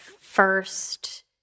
first